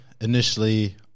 Initially